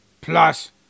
plus